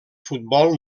futbol